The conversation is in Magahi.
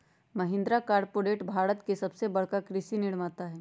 महिंद्रा कॉर्पोरेट भारत के सबसे बड़का कृषि निर्माता हई